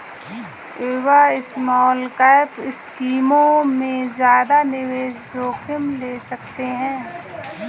युवा स्मॉलकैप स्कीमों में ज्यादा निवेश जोखिम ले सकते हैं